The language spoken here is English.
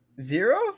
Zero